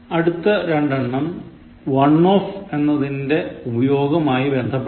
അടുത്ത രണ്ടെണ്ണം "one of" എന്നതിൻറെ ഉപയോഗവുമായി ബന്ധപ്പെട്ടതാണ്